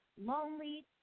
Lonely